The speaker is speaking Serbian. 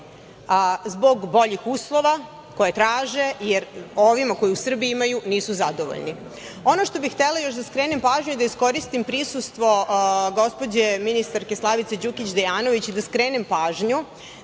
zbog boljih uslove koje traže, jer ovima koje u Srbiji imaju nisu zadovoljni. Ono što bih htela još da skrenem pažnju i da iskoristim prisustvo gospođe ministarke Slavice Đukić Dejanović jeste da